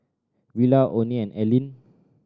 Willa Oney and Ellyn